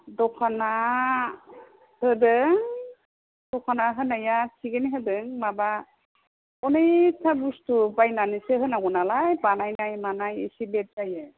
दखानआ होदों दखानआ होनाया थिगैनो होदों माबा गोबां बुस्तु बायनानैसो होनांगौ नालाय बानायनाय मानाय एसे लेट जायो